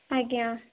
ଆଜ୍ଞା